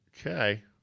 okay